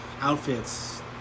outfits